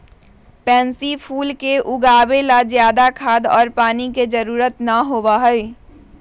pansy फूल के उगावे ला ज्यादा खाद और पानी के जरूरत ना होबा हई